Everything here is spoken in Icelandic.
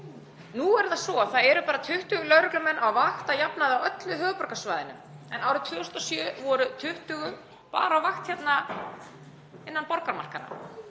Nú er það svo að það eru bara 20 lögreglumenn á vakt að jafnaði á öllu höfuðborgarsvæðinu en árið 2007 voru 20 á vakt, bara hérna innan borgarmarkanna.